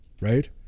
right